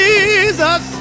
Jesus